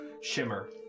shimmer